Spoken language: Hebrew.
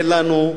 אין לנו,